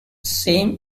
same